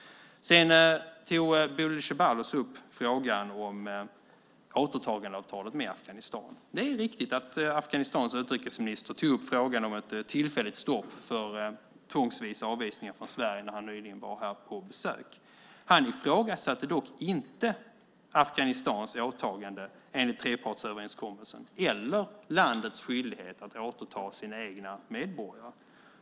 Sedan tog Bodil Ceballos upp frågan om återtagandeavtalet med Afghanistan. Det är riktigt att Afghanistans utrikesminister tog upp frågan om ett tillfälligt stopp för tvångsvisa avvisningar från Sverige när han nyligen var här på besök. Han ifrågasatte dock inte Afghanistans åtagande enligt trepartsöverenskommelsen eller landets skyldighet att återta sina egna medborgare.